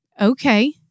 okay